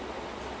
what do you mean